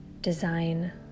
design